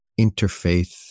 interfaith